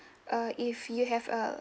uh if you have uh